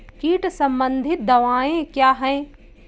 कीट संबंधित दवाएँ क्या हैं?